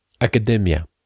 academia